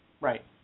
Right